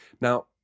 Now